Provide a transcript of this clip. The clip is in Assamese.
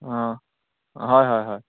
অঁ হয় হয় হয়